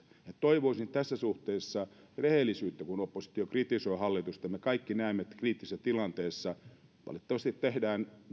toivoisin tässä suhteessa rehellisyyttä kun oppositio kritisoi hallitusta me kaikki näemme että kriittisessä tilanteessa valitettavasti tehdään myöskin